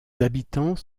habitants